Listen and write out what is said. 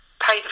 pay